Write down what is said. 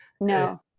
No